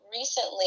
recently